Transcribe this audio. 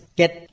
get